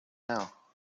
now